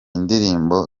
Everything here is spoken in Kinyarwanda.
ndirimbo